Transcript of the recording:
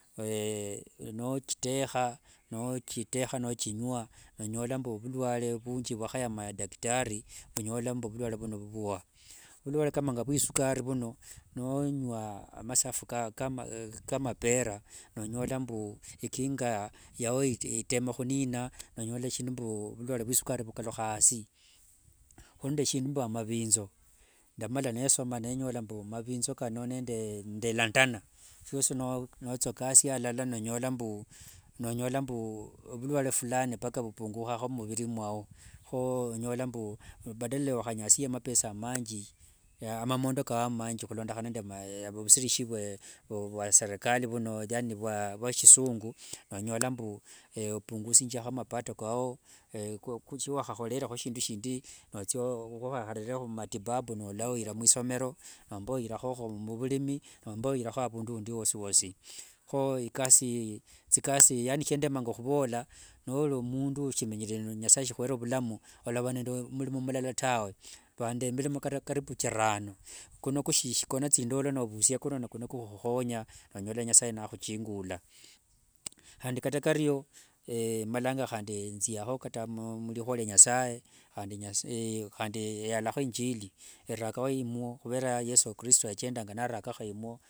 nochitekha, nochitekha nochingwa, nonyola mbu vulwale vunji vwakhaya madaktari nonyola mbu vulwale vuno vuwa. Vulwale kama vwa isukari vuno, nongwa masafu kama ka mapera, nonyola mbu ikinga yao itema khunina, nonyola shindu mbu vulwale vwa isukari vukalukha asi. Khuli nende shindu mbu amavinzo, ndamala nesoma nenyola mbu, amavinzo kano nende lantana, sioshi nothikasia alala nonyola mbu, nonyola mbu ovulwale fulani mpaka mpungukha mumuviri mwao. Kho onyola mbu badala ya uwakhanyasie mapesa amanji, amamondo kao amanji khulondekhana nende vushirishi vya serikali vuno, yani vwa shisungu, nonyola mbu opungisinjiakho mapato kao shiwakhakhorere shindu shindi nothia uwakharere humatibabu nonyola mbu oira mumasomero nomba uirakhokho muvulimi nomba oira avundu wosiwosi. Kho thikasi, yani shiandemanga khuvola, noli mundu ushimenyere na nasaye akhwere vulamu, walava nende mulimo mulala tawe, va nende milimo ata chirano. Kuno kushishi kona thindolo, novusia kuno khukhukhonya, nonyola nasaye akhuchingula. Khandi kata kario malanga handi thiakho kata mlikhua lia nasaye handi naysaye, yalakho injili, erao imwo khuvera yesu christo yachendanga narakakho imwo.